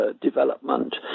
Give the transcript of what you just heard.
development